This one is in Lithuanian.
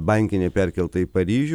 bankinė perkelta į paryžių